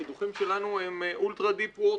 הקידוחים שלנו הם ultra deep water